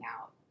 out